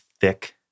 thick